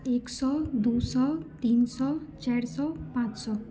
एक सए दू सए तीन सए चारि सए पाँच सए